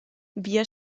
wir